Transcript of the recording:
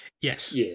Yes